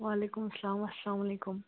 وعلیکُم السلام السلام علیکُم